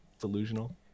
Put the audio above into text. delusional